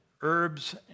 herbs